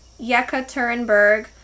Yekaterinburg